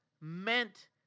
meant